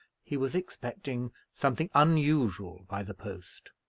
he was expecting something unusual by the post.